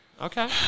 Okay